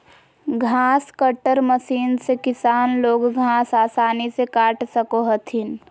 घास cutter machine से किसान लोग घास आसानी से काट सको हथिन